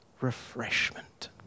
refreshment